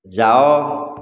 ଯାଅ